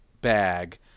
bag